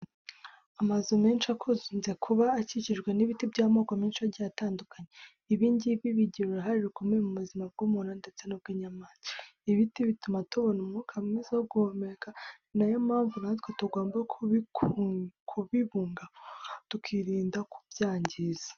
Amazu menshi akunze kuba akikijwe n'ibiti by'amoko menshi agiye atandukanye, ibi ngibi bigira uruhare rukomenye mu buzima bw'umuntu ndetse n'ubw'inyamaswa. Ibi biti bituma tubona umwuka mwiza wo guhumeka, ni na yo mpamvu natwe tugomba kubibungabunga tukirinda kubyangiza.